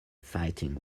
fighting